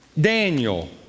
Daniel